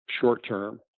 short-term